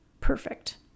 Perfect